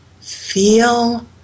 feel